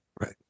Right